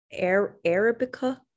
Arabica